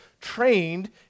trained